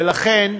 ולכן,